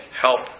help